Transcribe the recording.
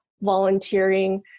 volunteering